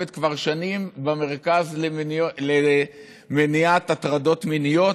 כבר שנים במרכז למניעת הטרדות מיניות,